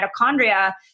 mitochondria